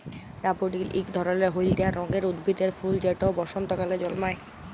daffodil ইক ধরলের হইলদা রঙের উদ্ভিদের ফুল যেট বসল্তকালে জল্মায়